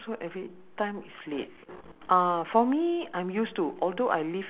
ya cause my place uh either gombak oh ya for you bukit panjang eh